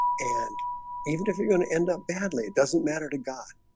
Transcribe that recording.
and even if you're gonna end up badly, it doesn't matter to god.